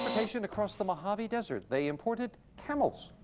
across the mojave desert, they imported camels.